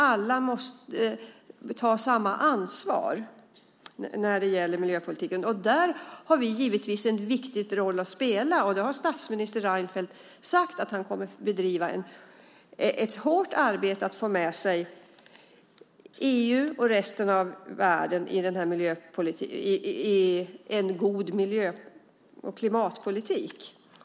Alla måste ta samma ansvar för miljöpolitiken. Där har vi givetvis en viktig roll att spela. Statsminister Reinfeldt har sagt att han kommer att bedriva ett hårt arbete för att få med sig EU och resten av världen i en god miljö och klimatpolitik.